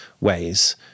ways